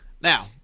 now